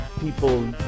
people